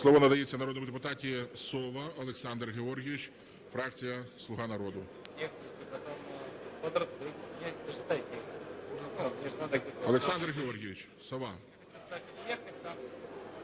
Слово надається народному депутату Сові Олександру Георгійовичу, фракція "Слуга народу". Олександр Георгійович Сова.